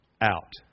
out